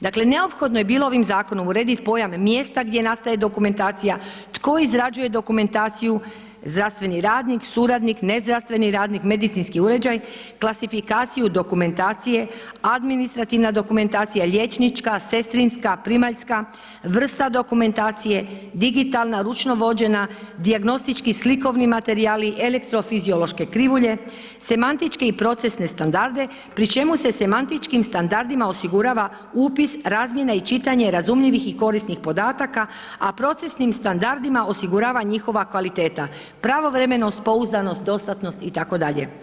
Dakle, neophodno je bilo ovim zakonom uredit pojam mjesta gdje nastaje dokumentacija, tko izrađuje dokumentaciju zdravstveni radnik, suradnik, nezdravstveni radnik, medicinski uređaj, klasifikaciju dokumentacije, administrativna dokumentacija, liječnička, sestrinska, primaljska, vrsta dokumentacije, digitalna, ručno vođena, dijagnostički, slikovni materijali, elektrofiziološke krivulje, semantičke i procesne standarde, pri čemu se semantičkim standardima osigurava upis, razmjena i čitanje razumljivih i korisnih podataka, a procesnim standardima osigurava njihova kvaliteta, pravovremenost, pouzdanost, dostatnost itd.